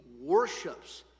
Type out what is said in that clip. worships